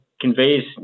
conveys